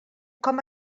com